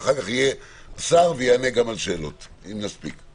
ואחר כך השר ידבר ויענה גם על שאלות אם נספיק.